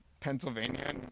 Pennsylvania